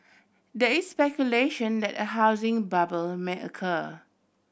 there is speculation that a housing bubble may occur